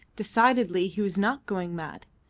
decidedly he was not going mad.